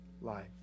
life